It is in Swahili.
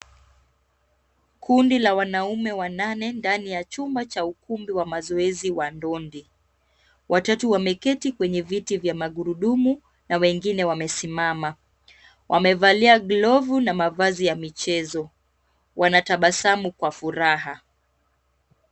Kundi la wanaume wanane ndani ya chumba cha ukumbi wa mazoezi wa dondi. Watatu wameketi kwenye viti vya magurudumu na wengine wamesimama. Wamevalia glovu na mavazi ya michezo. Wanatabasamu kwa furaha.